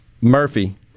Murphy